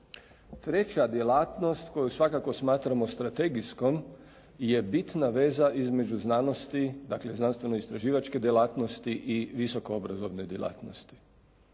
Treća djelatnost koju svakako smatramo strategijskom je bitna veza između znanosti, dakle znanstveno istraživačke djelatnosti i visoko obrazovne djelatnosti.